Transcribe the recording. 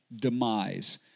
demise